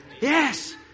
Yes